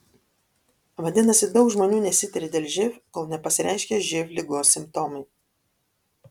vadinasi daug žmonių nesitiria dėl živ kol nepasireiškia živ ligos simptomai